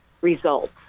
results